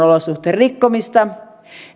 rikkomista